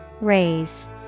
Raise